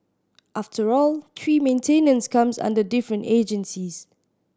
after all tree maintenance comes under different agencies